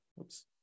Oops